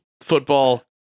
football